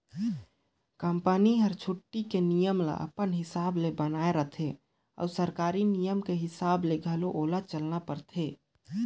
company हर छुट्टी के नियम ल अपन हिसाब ले बनायें रथें अउ सरकारी नियम के हिसाब ले घलो ओला चलना परथे